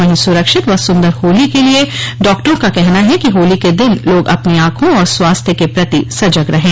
वहीं सुरक्षित व सुंदर होली के लिए डाक्टरों का कहना है कि होली के दिन लोग अपनी आंखों और स्वास्थ्य के प्रति सजग रहें